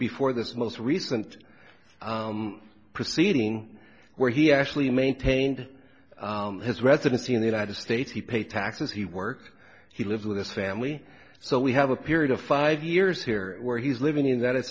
before this most recent proceeding where he actually maintained his residency in the united states he pays taxes he works he lives with his family so we have a period of five years here where he's living in that